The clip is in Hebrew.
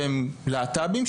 שהם להט"בים,